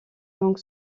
donc